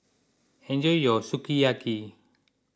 enjoy your Sukiyaki